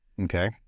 Okay